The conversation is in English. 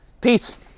Peace